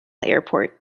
airport